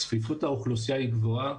צפיפות האוכלוסייה היא גבוהה,